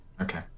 okay